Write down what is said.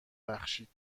بخشید